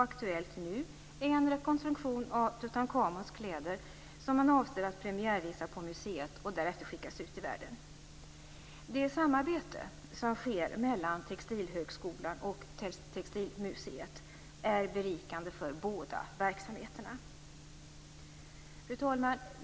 Aktuellt nu är en rekonstruktion av Tutankhamuns kläder, som man avser att premiärvisa på museet och därefter skicka ut i världen. Det samarbete som sker mellan Textilhögskolan och Textilmuseet är berikande för båda verksamheterna. Fru talman!